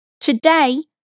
Today